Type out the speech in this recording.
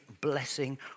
blessing